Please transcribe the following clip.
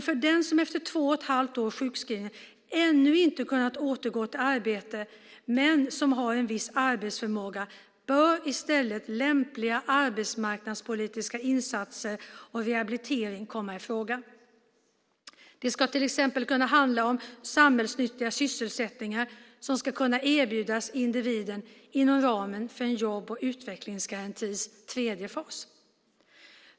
För den som efter två och ett halvt års sjukskrivning ännu inte kunnat återgå till arbete men som har viss arbetsförmåga bör i stället lämpliga arbetsmarknadspolitiska insatser och rehabilitering komma i fråga. Det ska till exempel kunna handla om sådan samhällsnyttig sysselsättning som ska kunna erbjudas individen inom ramen för jobb och utvecklingsgarantins tredje fas.